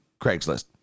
Craigslist